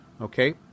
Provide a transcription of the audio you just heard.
Okay